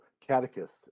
catechist